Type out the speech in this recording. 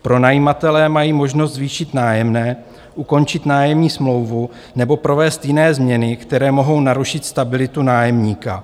Pronajímatelé mají možnost zvýšit nájemné, ukončit nájemní smlouvu nebo provést jiné změny, které mohou narušit stabilitu nájemníka.